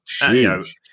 Huge